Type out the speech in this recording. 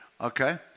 Okay